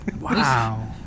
Wow